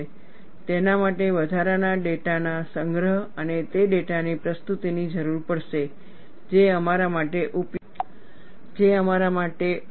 તેના માટે વધારાના ડેટાના સંગ્રહ અને તે ડેટાની પ્રસ્તુતિની જરૂર પડશે જે અમારા ઉપયોગ માટે ઉપયોગી છે